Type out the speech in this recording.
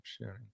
sharing